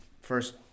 first